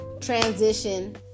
transition